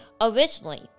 originally